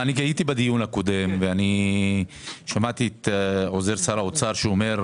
הייתי בדיון הקודם ושמעתי את עוזר שר האומר שאמר: